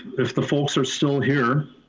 if the folks are still here,